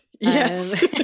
yes